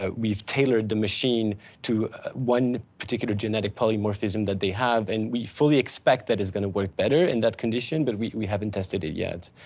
ah we've tailored the machine to one particular genetic polymorphous um that they have, and we fully expect that is gonna work better in that condition, but we we haven't tested it yet.